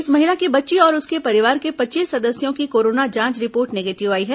इस महिला की बच्ची और उसके परिवार के पच्चीस सदस्यों की कोरोना जांच रिपोर्ट निगेटिव आई है